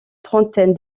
trentaine